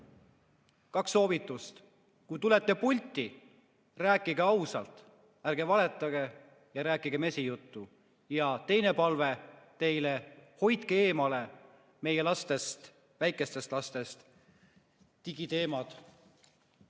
Kaks soovitust: kui tulete pulti, rääkige ausalt, ärge valetage ega rääkige mesijuttu, ja teine palve teile, hoidke eemale meie lastest, väikestest lastest. Digiteemad